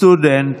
סטודנט,